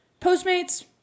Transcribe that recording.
Postmates